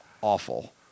awful